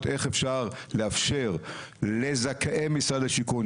איך אפשר לאפשר לזכאי משרד השיכון,